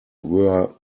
were